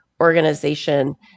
organization